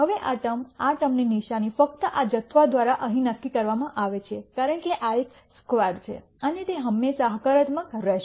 હવે આ ટર્મ આ ટર્મ ની નિશાની ફક્ત આ જથ્થા દ્વારા અહીં નક્કી કરવામાં આવે છે કારણ કે આ એક સ્ક્વેર છે અને તે હંમેશા હકારાત્મક રહેશે